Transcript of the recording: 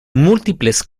múltiples